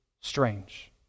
strange